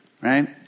right